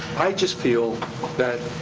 i just feel that